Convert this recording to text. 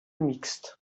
mixte